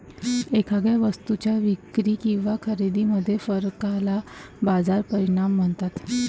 एखाद्या वस्तूच्या विक्री किंवा खरेदीमधील फरकाला बाजार परिणाम म्हणतात